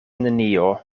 nenio